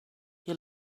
you